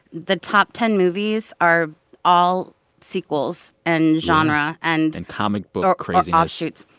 the top ten movies are all sequels and genre and. and comic book craziness or offshoots.